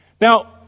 Now